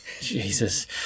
Jesus